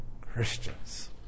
Christians